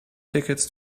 tickets